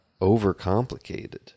overcomplicated